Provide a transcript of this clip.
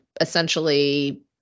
essentially